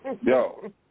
Yo